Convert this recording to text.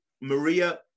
Maria